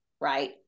right